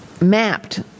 mapped